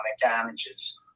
damages